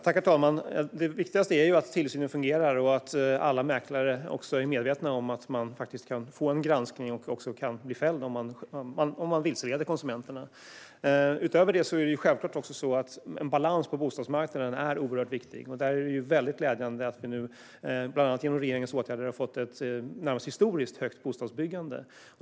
Herr talman! Det viktigaste är att tillsynen fungerar och att alla mäklare är medvetna om att man faktiskt kan bli föremål för en granskning och bli fälld om man vilseleder konsumenterna. Utöver detta är det självfallet oerhört viktigt med balans på bostadsmarknaden. Det är glädjande att vi nu, bland annat genom regeringens åtgärder, har fått ett närmast historiskt högt bostadsbyggande.